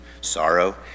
sorrow